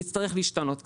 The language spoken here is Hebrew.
יצטרך להשתנות קצת.